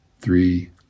three